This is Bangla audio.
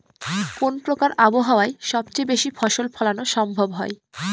কোন প্রকার আবহাওয়ায় সবচেয়ে বেশি ফসল ফলানো সম্ভব হয়?